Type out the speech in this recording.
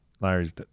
Larry's